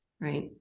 right